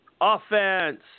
Offense